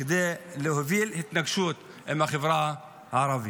כדי להוביל להתנגשות עם החברה הערבית.